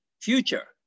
future